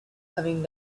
having